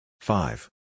Five